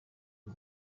uyu